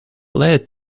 led